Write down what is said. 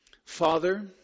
Father